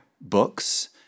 books